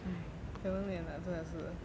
讲也难真的是